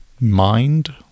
Mind